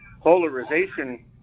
polarization